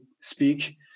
speak